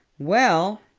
well,